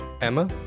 Emma